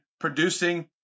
producing